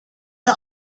the